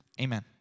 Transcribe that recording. Amen